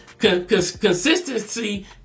Consistency